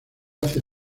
hacia